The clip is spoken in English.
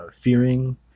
fearing